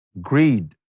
greed